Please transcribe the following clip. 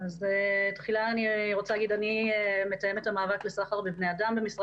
אז תחילה אני רוצה להגיד שאני מתאמת המאבק בסחר בבני אדם במשרד